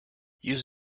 use